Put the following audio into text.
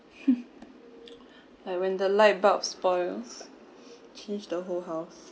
like when the light bulbs spoils change the whole house